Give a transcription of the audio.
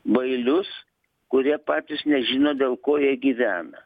bailius kurie patys nežino dėl ko jie gyvena